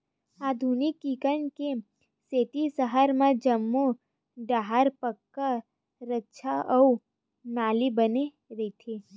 आधुनिकीकरन के सेती सहर म जम्मो डाहर पक्का रद्दा अउ नाली बने रहिथे